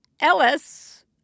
Ellis